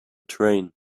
train